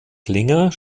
klinger